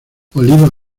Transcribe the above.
oliva